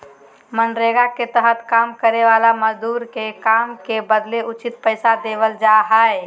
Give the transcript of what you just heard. मनरेगा के तहत काम करे वाला मजदूर के काम के बदले उचित पैसा देवल जा हय